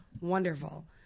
wonderful